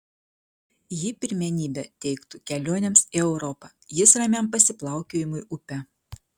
ji pirmenybę teiktų kelionėms į europą jis ramiam pasiplaukiojimui upe